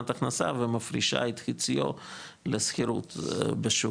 הכנסה ומפרישה את חציו לשכירות בשוק,